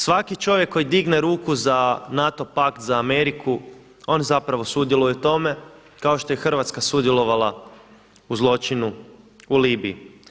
Svaki čovjek koji digne ruku za NATO pakt za Ameriku on zapravo sudjeluje u tome kao što je Hrvatska sudjelovala u zločinu u Libiji.